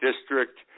District